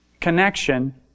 connection